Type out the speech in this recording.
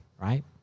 right